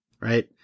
right